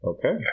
Okay